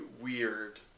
weird